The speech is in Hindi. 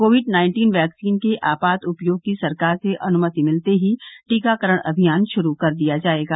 कोविड नाइन्टीन वैक्सीन के आपात उपयोग की सरकार से अनुमति मिलते ही टीकाकरण अभियान शुरू कर दिया जाएगा